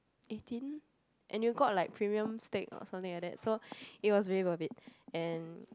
eighteen and you got like premium steak or something like that so it was very worth it and